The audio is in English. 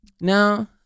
now